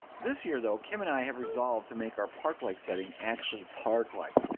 this year though, kim and i have resolved to make our park-like setting actually park-like.